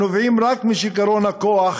הנובעים רק משיכרון הכוח.